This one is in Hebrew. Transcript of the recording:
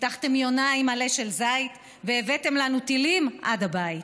הבטחתם יונה עם עלה של זית והבאתם לנו טילים עד הבית.